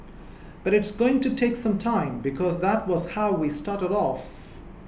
but it's going to take some time because that was how we started off